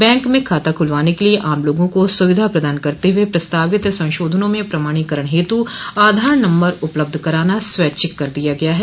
bank में खाता खुलवाने क लिए आम लोगों को सुविधा प्रदान करते हुए प्रस्तावित संशोधनों में प्रमाणीकरण हेतु आधार नम्बर उपलब्ध कराना स्वैच्छिक कर दिया गया है